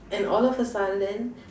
and all of a sudden